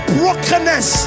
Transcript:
brokenness